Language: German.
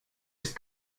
ist